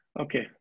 Okay